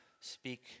Speak